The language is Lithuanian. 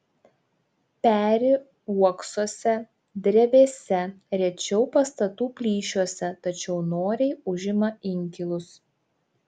peri uoksuose drevėse rečiau pastatų plyšiuose tačiau noriai užima inkilus